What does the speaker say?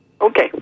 Okay